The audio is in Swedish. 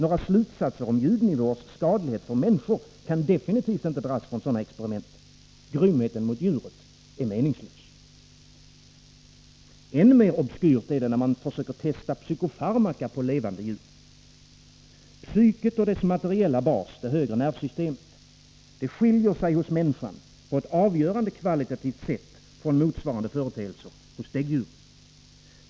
Några slutsatser om ljudnivåers skadlighet för människor kan definitivt inte dras från sådana experiment. Grymheten mot djuren är meningslös. Än mer obskyrt är det när man testar psykofarmaka på levande djur. Psyket och dess materiella bas — det högre nervsystemet — skiljer sig hos människan på ett avgörande kvalitativt sätt från motsvarande företeelser hos däggdjuren.